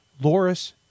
Loris